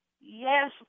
yes